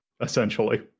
essentially